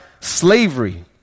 Slavery